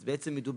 אז בעצם מדובר